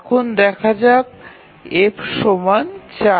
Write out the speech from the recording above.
এখন দেখা যাক F ৪